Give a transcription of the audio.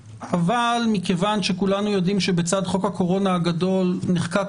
מכיוון שכולנו יודעים שבצד חוק הקורונה הגדול נחקק